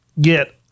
get